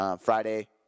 Friday